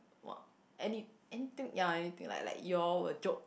!wah! anything ya anything like like you all will joke